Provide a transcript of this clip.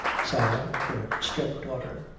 sarah, her step-daughter,